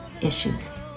issues